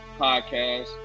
podcast